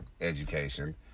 education